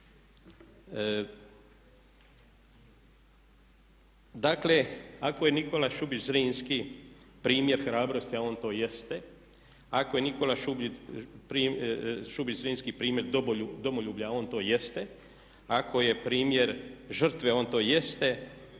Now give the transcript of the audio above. Dakle, ako je Nikola Šubić Zrinski primjer hrabrosti, a on to jeste, ako je Nikola Šubić Zrinski primjer domoljublja, a on to jeste, ako je primjer žrtve, a on to jeste